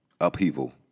Upheaval